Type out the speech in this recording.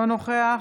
אינו נוכח